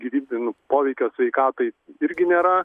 gyvybinių poveikio sveikatai irgi nėra